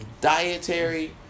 dietary